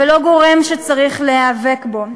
ולא גורם שצריך להיאבק בו.